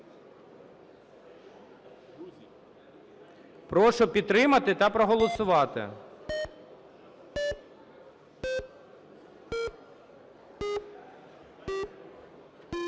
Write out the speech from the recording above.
Прошу підтримати та проголосувати.